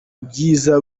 bwiza